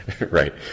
Right